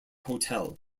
hotel